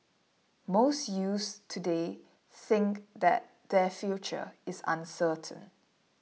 most youth today think that their future is uncertain